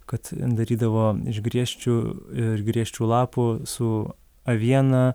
kad darydavo iš griežčių ir griežčių lapų su aviena